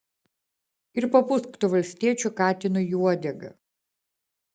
ir papūsk tu valstiečių katinui į uodegą